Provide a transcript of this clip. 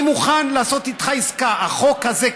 אני מוכן לעשות איתך עסקה: החוק הזה,